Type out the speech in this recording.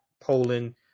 poland